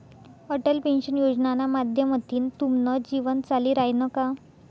Atal pension योजनाना माध्यमथीन तुमनं जीवन चाली रायनं का?